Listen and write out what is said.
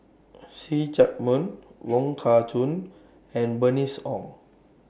See Chak Mun Wong Kah Chun and Bernice Ong